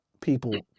people